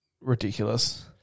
ridiculous